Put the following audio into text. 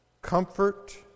Comfort